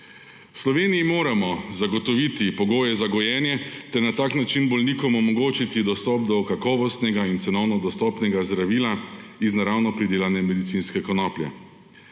V Sloveniji moramo zagotoviti pogoje za gojenje ter na tak način bolnikom omogočiti dostop do kakovostnega in cenovno dostopnega zdravila iz naravno pridelane medicinske konoplje.